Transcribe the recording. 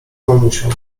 mamusią